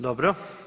Dobro.